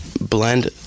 blend